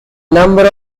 number